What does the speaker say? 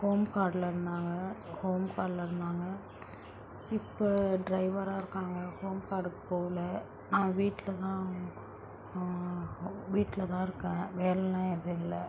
home கார்டில் இருந்தாங்க home கார்டில் இருந்தாங்க இப்போ ட்ரைவராக இருக்காங்க ஹோம் கார்டுக்கு போவல நான் வீட்டிலதான் வீட்டிலதான் இருக்கேன் வேலை எல்லாம் எதுவும் இல்லை